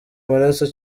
maraso